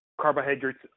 carbohydrates